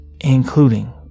including